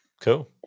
cool